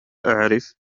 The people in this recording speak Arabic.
أعرف